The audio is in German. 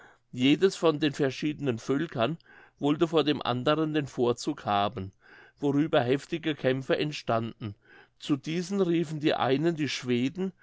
jedes von den verschiedenen völkern wollte vor dem anderen den vorzug haben worüber heftige kämpfe entstanden zu diesen riefen die einen die schweden